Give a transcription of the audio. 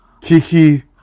Kiki